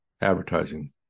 advertising